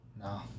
No